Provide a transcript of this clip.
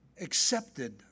accepted